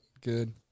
good